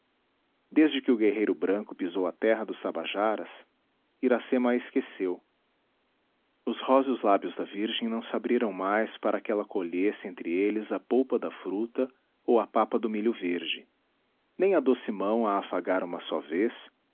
desde que o guerreiro branco pisou a terra dos tabajaras iracema a esqueceu os róseos lábios da virgem não se abriram mais para que ela colhesse entre eles a polpa da fruta ou a papa do milho verde nem a doce mão a afagara uma só vez